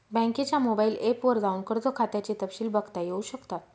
बँकेच्या mobile app वर जाऊन कर्ज खात्याचे तपशिल बघता येऊ शकतात